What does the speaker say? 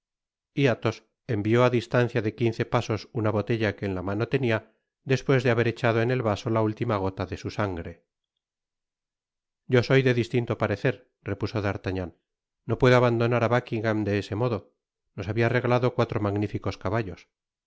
y athos envió á distancia de quince pasos una botella que en la mano tenia despues de haber echado en el vaso la última gota de su sangre yo soy de distinto parecer repuso d'artagnan no puedo abandonar á buckingam de ese modo nos había regalado cuatro magnificos caballos